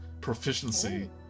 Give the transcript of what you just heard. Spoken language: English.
proficiency